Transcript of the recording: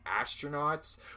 astronauts